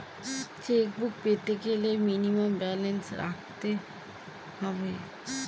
Chequebook পেতে গেলে minimum balance কত রাখতে হবে?